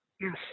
Yes